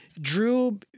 Drew